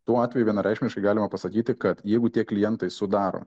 tuo atveju vienareikšmiškai galima pasakyti kad jeigu tie klientai sudaro